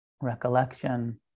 recollection